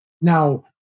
Now